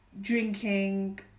drinking